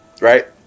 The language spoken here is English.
right